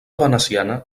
veneciana